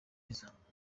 asabiriza